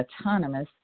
autonomous